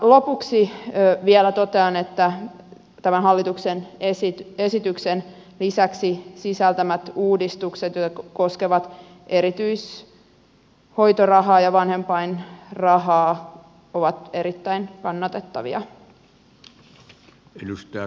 lopuksi vielä totean että lisäksi tämän hallituksen esityksen sisältämät uudistukset jotka koskevat erityishoitorahaa ja vanhempainrahaa ovat erittäin kannatettavia